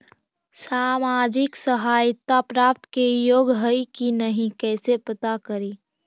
सामाजिक सहायता प्राप्त के योग्य हई कि नहीं कैसे पता करी?